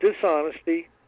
dishonesty